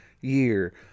year